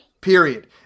period